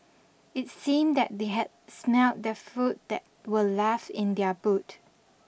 it seemed that they had smelt the food that were left in their boot